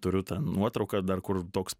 turiu tą nuotrauką dar kur toks